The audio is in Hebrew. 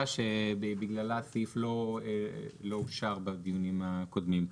שבגללה הסעיף לא אושר בדיונים הקודמים.